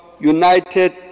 united